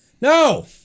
No